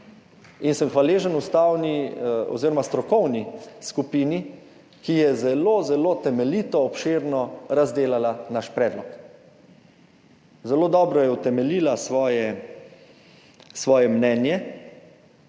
in sem hvaležen strokovni skupini, ki je zelo zelo temeljito, obširno razdelala naš predlog. Zelo dobro je utemeljila svoje mnenje.